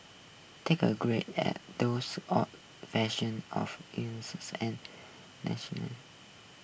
take a great at those odd fashion of and national